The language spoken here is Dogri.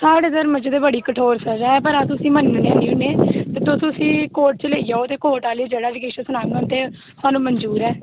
साढ़े इद्धर मजहब दी बड़ी कठोर सज़ा पर अस उसी मन्नने निं होने तुस उसी कोर्ट च लेई जाओ ते कोर्ट आह्ले जे किश बी सनाङन ते सानूं मंजूर ऐ